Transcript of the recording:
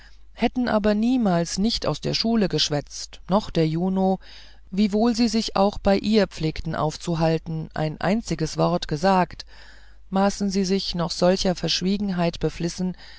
hätten aber niemals nichts aus der schule geschwätzt noch der juno wiewohl sie sich auch bei ihr pflegten aufzuhalten einziges wort gesagt maßen sie sich noch solcher verschwiegenheit beflissen